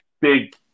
big